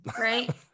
right